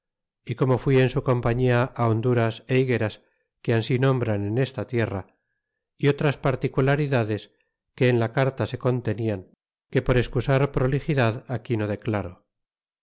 y como fui en su co pañía honduras e higueras que ansí nombran en esta tierra y otras particularidades que en la carta se contenian que por excusar prolixidad aquí no declaro